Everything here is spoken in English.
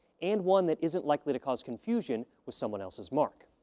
and one that isn't likely to cause confusion with someone else's mark.